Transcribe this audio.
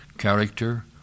Character